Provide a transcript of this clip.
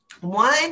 One